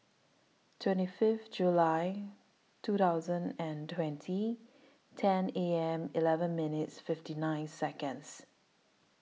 twenty five July two thousand and twenty ten A M eleven minutes fifty nine Seconds